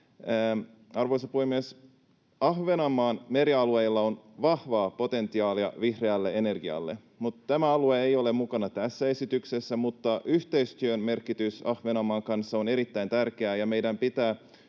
Arvoisa puhemies! Ahvenanmaan merialueilla on vahvaa potentiaalia vihreälle energialle. Tämä alue ei ole mukana tässä esityksessä, mutta yhteistyön merkitys Ahvenanmaan kanssa on erittäin tärkeää, ja meidän pitää